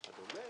וכדומה.